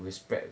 will spread